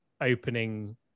opening